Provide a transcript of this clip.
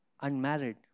unmarried